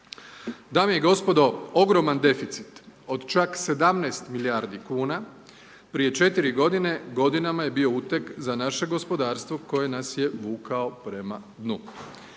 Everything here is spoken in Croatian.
Dame i gospodo, ogroman deficit, od čak 17 milijardi kuna prije četiri godine, godinama je bio uteg za naše gospodarstvo koje nas je vukao prema dnu.